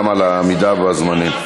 גם על העמידה בזמנים.